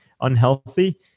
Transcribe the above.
unhealthy